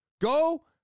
Go